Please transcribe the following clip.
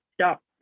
stop